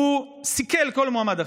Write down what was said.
הוא סיכל כל מועמד אחר.